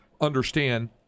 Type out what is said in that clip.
understand